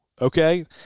okay